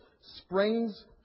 springs